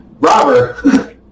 robber